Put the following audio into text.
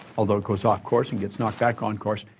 although it goes off course and gets knocked back on course,